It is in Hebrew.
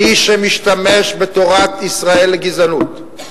מי שמשתמש בתורת ישראל לגזענות,